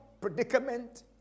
predicament